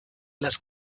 las